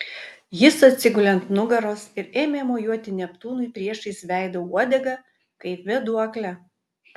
jis atsigulė ant nugaros ir ėmė mojuoti neptūnui priešais veidą uodega kaip vėduokle